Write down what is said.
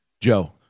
Joe